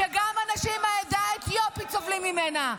שגם האנשים מהעדה האתיופית סובלים ממנה,